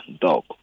Dog